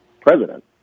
president